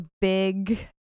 big